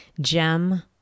gem